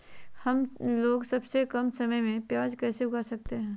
हमलोग सबसे कम समय में भी प्याज कैसे उगा सकते हैं?